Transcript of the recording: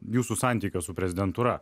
jūsų santykio su prezidentūra